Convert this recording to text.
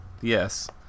Yes